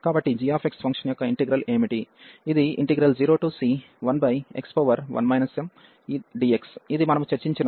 కాబట్టి g function యొక్క integral ఏమిటి ఇది 0c1x1 mdx ఇది మనము చర్చించిన టెస్ట్ ఇంటిగ్రల్